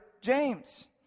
James